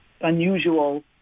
unusual